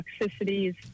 toxicities